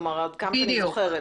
עד כמה שאני זוכרת,